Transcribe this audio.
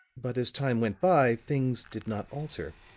but as time went by, things did not alter